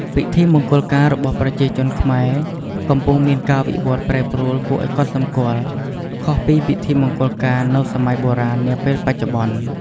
ពិធីមង្គលការរបស់ប្រជាជនខ្មែរ កំពុងមានការវិវត្តប្រែប្រួលគួរឲ្យកត់សម្គាល់ ខុសពីពិធីមង្គលការនៅសម័យបុរាណ នាពេលបច្ចុប្បន្ន។